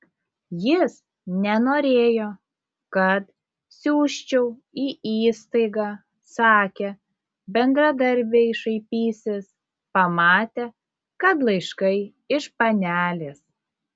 jis nenorėjo kad siųsčiau į įstaigą sakė bendradarbiai šaipysis pamatę kad laiškai iš panelės